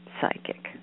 psychic